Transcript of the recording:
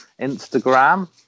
Instagram